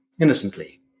innocently